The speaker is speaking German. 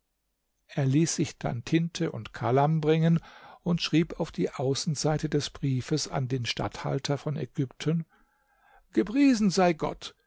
er ließ sich dann tinte und kalam bringen und schrieb auf die außenseite des briefs an den statthalter von ägypten gepriesen sei gott